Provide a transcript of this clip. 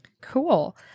Cool